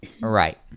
right